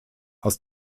aus